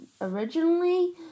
originally